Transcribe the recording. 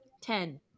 Ten